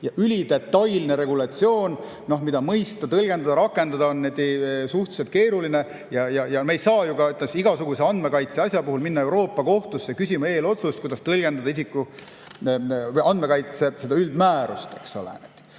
ülidetailne regulatsioon, mida mõista, tõlgendada ja rakendada on suhteliselt keeruline. Me ei saa ju ka igasuguse andmekaitse asja puhul minna Euroopa kohtusse küsima eelotsust, kuidas tõlgendada andmekaitse üldmäärust. Kui me